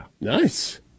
Nice